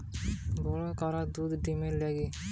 মাঠে গরু ছাগল চরিয়ে তাদেরকে বড় করা দুধ ডিমের লিগে